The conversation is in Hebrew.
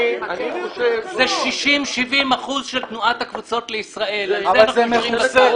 אני חושב --- זה 60%-70% מתנועת הקבוצות לישראל -- זה כן מכוסה.